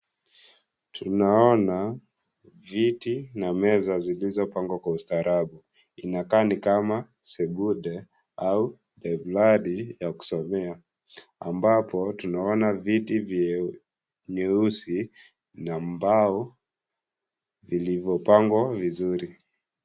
Tunaona vitu na meza zilizopangwa kwa ustarabu. Inakaa ni kama sebuke au hefkadi ya kusomea ambapo tunaona viti vyeusi na mbao vilivyopangwa vizuri.